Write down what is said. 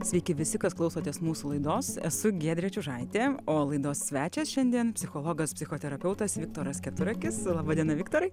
sveiki visi kas klausotės mūsų laidos esu giedrė čiužaitė o laidos svečias šiandien psichologas psichoterapeutas viktoras keturakis laba diena viktorai